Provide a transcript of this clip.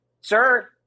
Sir